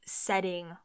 setting